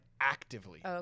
actively